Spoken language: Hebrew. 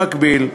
במקביל,